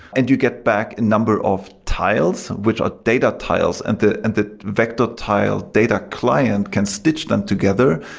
and you get back a number of tiles, which are data tiles, and the and the vector tile data client can stitch them together.